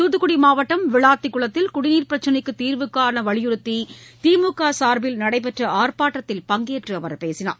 தாத்துக்குடி மாவட்டம் விளாத்திக் குளத்தில் குடிநீர் பிரச்சினைக்கு தீர்வு காண வலியுறுத்தி திமுக சார்பில் நடைபெற்ற ஆர்ப்பாட்டத்தில் பங்கேற்று அவர் பேசினார்